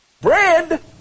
Bread